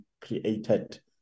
created